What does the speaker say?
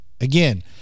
again